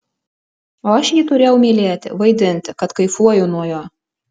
o aš jį turėjau mylėti vaidinti kad kaifuoju nuo jo